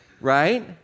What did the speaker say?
right